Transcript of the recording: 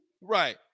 Right